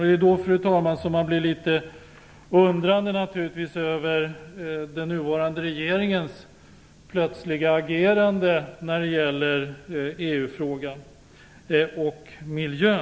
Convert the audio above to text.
Det är därför, fru talman, som man blir litet undrande över den nuvarande regeringens plötsliga agerande när det gäller EU-frågan och miljön.